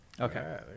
Okay